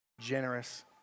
generous